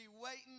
waiting